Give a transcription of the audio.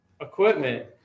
equipment